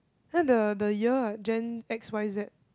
this one the the year [what] Gen X Y Z